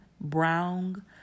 brown